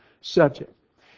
subject